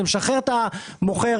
זה משחרר את המוכר.